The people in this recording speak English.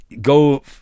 go